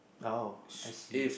oh I see